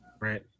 right